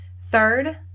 Third